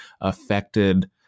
affected